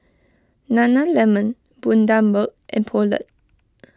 Nana Lemon Bundaberg and Poulet